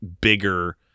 bigger